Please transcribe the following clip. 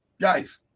guys